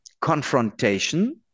confrontation